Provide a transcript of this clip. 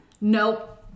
Nope